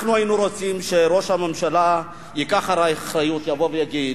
אנחנו היינו רוצים שראש הממשלה ייקח אחריות ויבוא ויגיד: